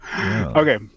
Okay